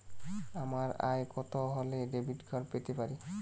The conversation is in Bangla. আমার আয় কত হলে ডেবিট কার্ড পেতে পারি?